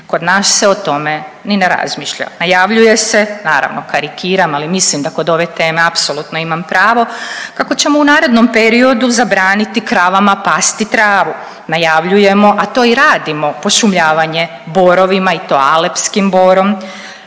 kod nas se o tome ni ne razmišlja. Najavljuje se, naravno karikiram, ali mislim da kod ove teme apsolutno imam pravo, kako ćemo u narednom periodu zabraniti kravama pasti travu, najavljujemo, a to i radimo, pošumljavanje borovima i to alepskim borom